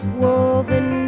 woven